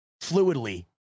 fluidly